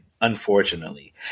unfortunately